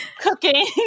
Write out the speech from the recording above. cooking